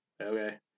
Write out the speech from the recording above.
okay